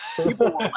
People